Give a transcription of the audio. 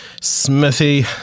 Smithy